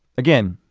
again,